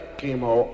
chemo